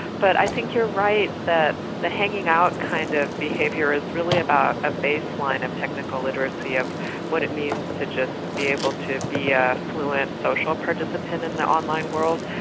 but i think you're right, that the hanging out kind of behaviour is really about a baseline of technical literacy, of what it means to just be able to be a fluent social participant in the online world,